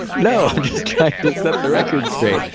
no. i'm just trying to set the record straight.